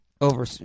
Over